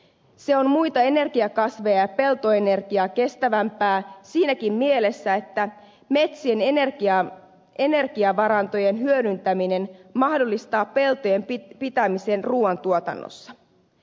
se on muita energiakasveja ja peltoenergiaa kestävämpää siinäkin mielessä että metsien energiavarantojen hyödyntäminen mahdollistaa peltojen pitämisen ruoan tuotannossa